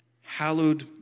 hallowed